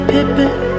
Pippin